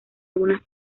algunas